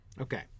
Okay